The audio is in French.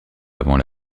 avant